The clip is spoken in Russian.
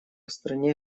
стране